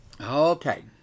Okay